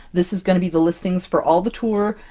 this is going to be the listings for all the tour,